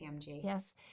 Yes